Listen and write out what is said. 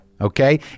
okay